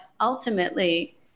ultimately